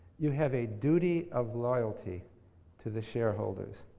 you have a duty of loyalty to the shareholders.